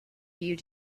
you